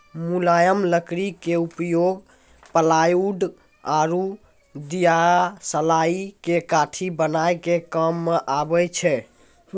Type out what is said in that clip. मुलायम लकड़ी के उपयोग प्लायउड आरो दियासलाई के काठी बनाय के काम मॅ आबै छै